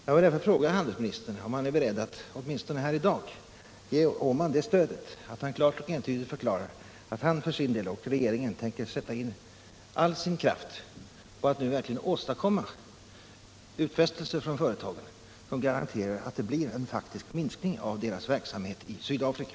Jag vill även fråga handelsministern om han är beredd att åtminstone här i dag stödja Åman genom att klart och entydigt deklarera att han för sin del och regeringen tänker sätta in all sin kraft på att verkligen åstadkomma utfästelser från företagen, som garanterar att det blir en faktisk minskning av deras verksamhet i Sydafrika.